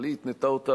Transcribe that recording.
אבל היא התנתה אותה,